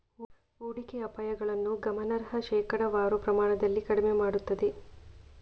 ಹೂಡಿಕೆ ಅಪಾಯಗಳನ್ನು ಗಮನಾರ್ಹ ಶೇಕಡಾವಾರು ಪ್ರಮಾಣದಲ್ಲಿ ಕಡಿಮೆ ಮಾಡುತ್ತದೆ